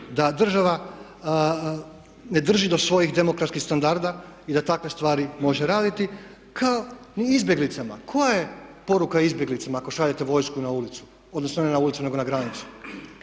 da država ne drži do svojih demokratskih standarda i da takve stvari može raditi kao ni izbjeglicama. Koja je poruka izbjeglicama ako šaljete vojsku na ulicu, odnosno ne na ulicu nego na granicu?